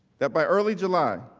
that by early july,